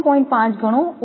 5 ગણો ઓછો છે